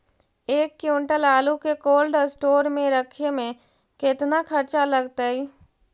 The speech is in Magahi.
एक क्विंटल आलू के कोल्ड अस्टोर मे रखे मे केतना खरचा लगतइ?